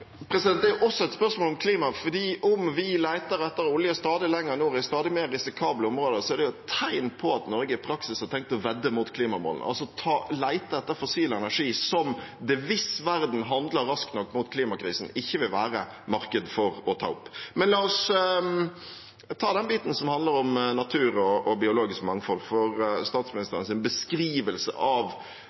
Det er også et spørsmål om klima, for om vi leter etter olje stadig lenger nord i stadig mer risikable områder, er det et tegn på at Norge i praksis har tenkt å vedde mot klimamålene, altså lete etter fossil energi som det – hvis verden handler raskt nok mot klimakrisen – ikke vil være et marked for å ta opp. Men la oss ta den biten som handler om natur og biologisk mangfold, for statsministerens beskrivelse av